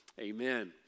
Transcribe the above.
Amen